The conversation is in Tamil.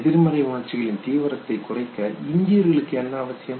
எதிர்மறை உணர்ச்சிகளின் தீவிரத்தை குறைக்க இந்தியர்களுக்கு என்ன அவசியம்